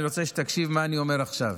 אני רוצה שתקשיב למה שאני אומר עכשיו,